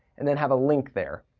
and then have a link there.